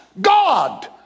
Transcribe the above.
God